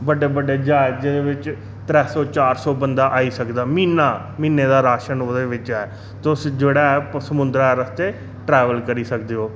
बड्डे बड्डे ज्हाजें दे बिच्च त्रै सौ चार सौ बंदा आई सकदा म्हीना म्हीने दा राशन ओह्दे बिच्च ऐ तुस जेह्ड़ा ऐ समुंद्रा दे रस्ते ट्रैवल करी सकदे ओ